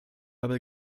aber